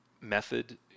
method